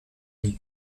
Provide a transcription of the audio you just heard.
nie